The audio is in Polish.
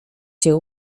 cię